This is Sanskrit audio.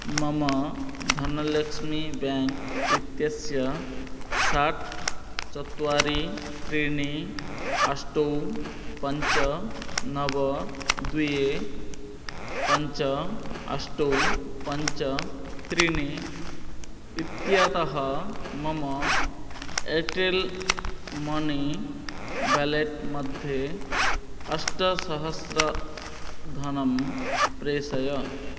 मम धनलक्ष्मी बेङ्क् इत्यस्य षट् चत्वारि त्रीणि अष्ट पञ्च नव द्वे पञ्च अष्ट पञ्च त्रीणि इत्यतः मम एर्टेल् मणि बेलेट् मध्ये अष्टसहस्रधनं प्रेषय